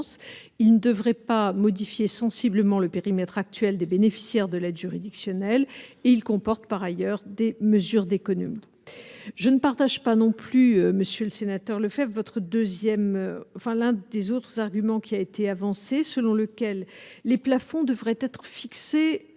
il ne devrait pas modifier sensiblement le périmètre actuel des bénéficiaires de l'aide juridictionnelle, il comporte par ailleurs des mesures d'économie, je ne partage pas non plus Monsieur le Sénateur, Lefèvre, votre 2ème enfin, l'un des ours, argument qui a été avancé, selon lequel les plafonds devraient être fixé